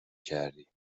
کردی